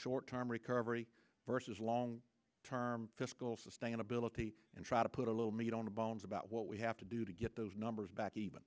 short term recovery versus long term fiscal sustainability and try to put a little meat on the bones about what we have to do to get those numbers back even